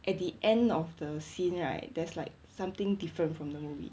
at the end of the scene right there's like something different from the movie